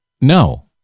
no